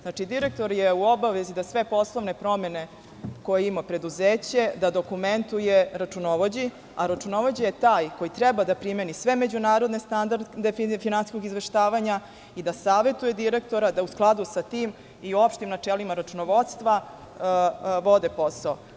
Znači, direktor je u obavezi da sve poslovne promene, koje ima preduzeće, da dokumentuje računovođi, a računovođa je taj koji treba da primeni sve međunarodne standarde finansijskog izveštavanja i da savetuje direktora da u skladu sa tim i opštim načelima računovodstva vode posao.